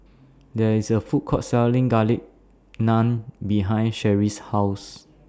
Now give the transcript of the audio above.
There IS A Food Court Selling Garlic Naan behind Sherri's House